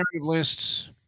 Lists